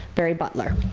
barry butler.